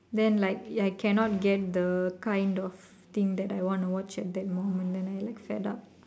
then like I cannot get the kind of thing that I want to watch at that moment then I like fed up